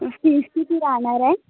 fees किती राहणार आहे